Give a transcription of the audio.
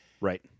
Right